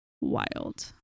Wild